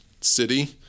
city